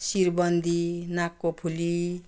शिरबन्दी नाकको फुली